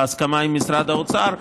בהסכמה עם משרד האוצר,